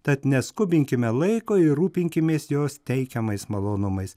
tad neskubinkime laiko ir rūpinkimės jos teikiamais malonumais